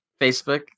Facebook